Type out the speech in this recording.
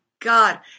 God